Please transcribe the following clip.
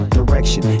direction